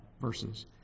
verses